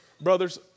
brothers